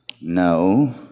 No